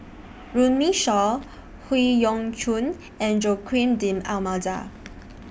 Runme Shaw Howe Yoon Chong and Joaquim D'almeida